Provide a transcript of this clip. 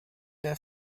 der